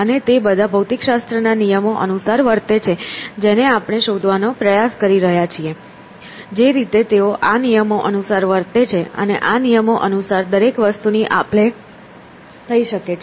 અને તે બધા ભૌતિકશાસ્ત્રના નિયમો અનુસાર વર્તે છે જેને આપણે શોધવાનો પ્રયાસ કરી રહ્યા છીએ જે રીતે તેઓ આ નિયમો અનુસાર વર્તે છે અને આ નિયમો અનુસાર દરેક વસ્તુની આપ લે થઈ શકે છે